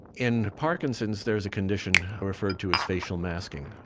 in parkinson's there's a condition referred to as facial masking,